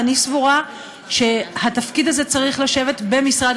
אני סבורה שהתפקיד הזה צריך לשבת במשרד